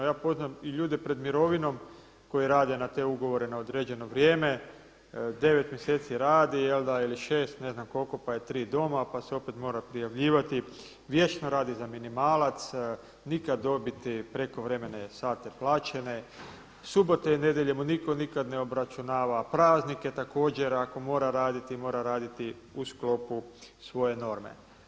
Ja poznam ljude pred mirovinom koji rade na te ugovore na određeno vrijeme, 9 mjeseci rade ili 6 ne znam koliko, pa je 3 doma, pa se opet treba prijavljivati, vječno radi za minimalac, nikad dobiti prekovremene sate plaćene, subote i nedjelje mu nikad nitko ne obračunava, praznike također ako mora raditi mora raditi u sklopu svoje norme.